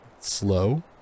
slow